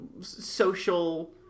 social